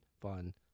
fun